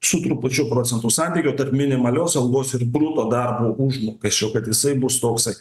su trupučiu procentų santykio tarp minimalios algos ir bruto darbo užmokesčio kad jisai bus toksai